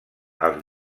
els